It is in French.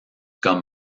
comme